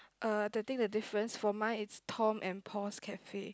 uh the thing the difference for mine is Tom and Paul's Cafe